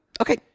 okay